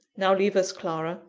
now leave us, clara,